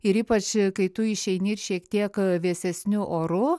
ir ypač kai tu išeini ir šiek tiek vėsesniu oru